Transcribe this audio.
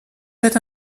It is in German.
wird